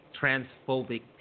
transphobic